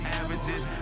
averages